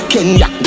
Kenya